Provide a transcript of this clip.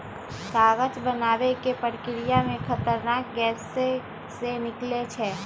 कागज बनाबे के प्रक्रिया में खतरनाक गैसें से निकलै छै